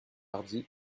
hardis